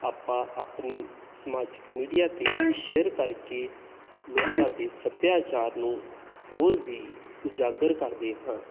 ਆਪਾਂ ਆਪਣੀ ਸਮਾਜਿਕ ਮੀਡੀਆ 'ਤੇ ਸ਼ੇਅਰ ਕਰਕੇ ਲੋਕਾਂ ਦੇ ਸੱਭਿਆਚਾਰ ਨੂੰ ਹੋਰ ਵੀ ਉਜਾਗਰ ਕਰਦੇ ਹਾਂ